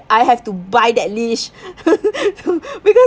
I have to buy that leash